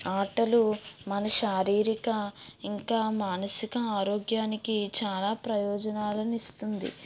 ఆటలు మన శారీరిక ఇంకా మానసిక ఆరోగ్యానికి చాలా ప్రయోజనాలను ఇస్తుంది